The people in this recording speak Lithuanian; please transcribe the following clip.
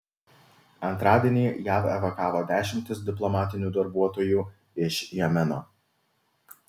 antradienį jav evakavo dešimtis diplomatinių darbuotojų iš jemeno